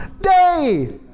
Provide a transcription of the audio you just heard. day